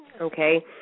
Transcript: okay